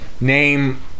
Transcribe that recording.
name